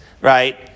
right